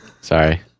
Sorry